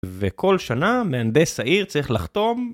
וכל שנה מהנדס העיר צריך לחתום